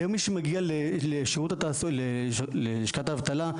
היום אדם מגיע ללשכת ההבטלה,